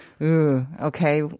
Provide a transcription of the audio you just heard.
Okay